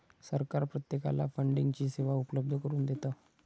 सरकार प्रत्येकाला फंडिंगची सेवा उपलब्ध करून देतं